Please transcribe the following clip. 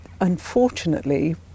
unfortunately